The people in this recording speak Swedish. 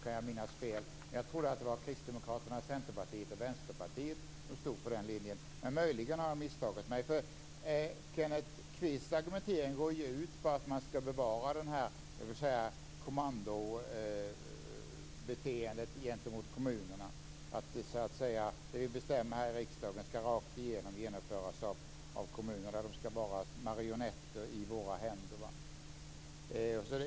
Om jag inte minns fel var det Kristdemokraterna, Centerpartiet och Vänsterpartiet som stod för den linjen. Möjligen har jag misstagit mig, eftersom Kenneth Kvists argumentering går ut på att man ska bevara kommandobeteendet gentemot kommunerna, dvs. att det som vi bestämmer här i riksdagen rakt igenom ska genomföras av kommunerna. De ska vara marionetter i våra händer.